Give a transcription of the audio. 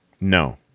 No